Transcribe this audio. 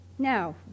Now